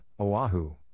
Oahu